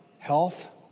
health